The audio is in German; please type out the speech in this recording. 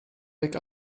weg